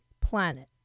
planet